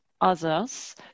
others